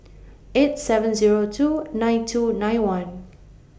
eight seven Zero two nine two nine one